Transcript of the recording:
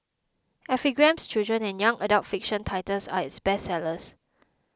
epigram's children and young adult fiction titles are its bestsellers